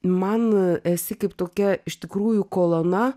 man esi kaip tokia iš tikrųjų kolona